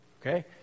Okay